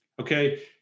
Okay